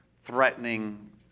threatening